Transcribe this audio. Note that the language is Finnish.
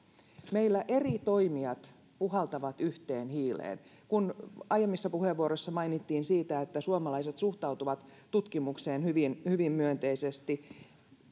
meillä eri toimijat puhaltavat yhteen hiileen aiemmissa puheenvuoroissa mainittiin siitä että suomalaiset suhtautuvat tutkimukseen hyvin hyvin myönteisesti